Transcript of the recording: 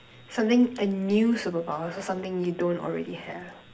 something a new superpower so something you don't already have